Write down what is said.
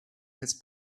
his